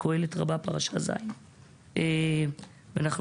ברור שלחיזוק רשות מבצעת אחת יש השלכות דרמטיות והרסניות על הסביבה.